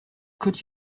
could